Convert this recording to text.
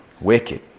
Wicked